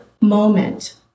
moment